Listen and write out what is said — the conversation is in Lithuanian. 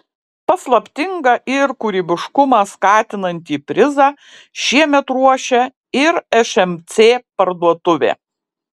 paslaptingą ir kūrybiškumą skatinantį prizą šiemet ruošia ir šmc parduotuvė